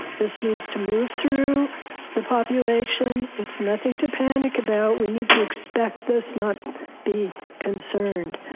this needs to move through the population. it's nothing to panic about. we need to expect this not be concerned.